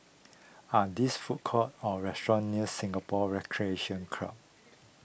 are these food courts or restaurants near Singapore Recreation Club